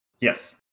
Yes